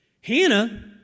Hannah